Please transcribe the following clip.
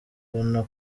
ubona